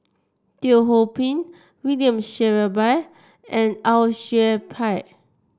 Teo Ho Pin William Shellabear and Au Yue Pak